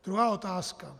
Druhá otázka.